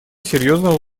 серьезного